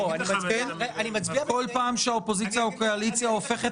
כל אימת שהקואליציה או האופוזיציה הופכת